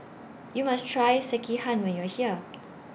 YOU must Try Sekihan when YOU Are here